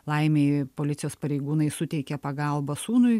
laimei policijos pareigūnai suteikė pagalbą sūnui